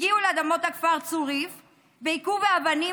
הם הגיעו לאדמות הכפר צוריף והכו באבנים